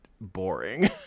boring